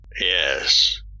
Yes